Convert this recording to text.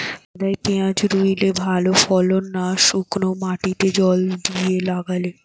কাদায় পেঁয়াজ রুইলে ভালো ফলন না শুক্নো মাটিতে জল দিয়ে লাগালে?